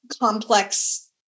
complex